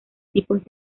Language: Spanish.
tipos